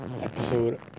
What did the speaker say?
episode